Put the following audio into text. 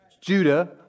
Judah